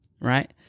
Right